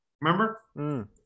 remember